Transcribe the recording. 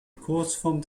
kurzform